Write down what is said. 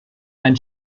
ein